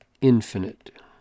infinite